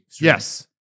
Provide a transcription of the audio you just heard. Yes